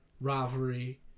rivalry